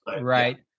right